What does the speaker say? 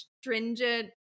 stringent